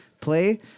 play